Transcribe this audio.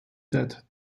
that